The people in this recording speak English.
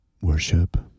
Worship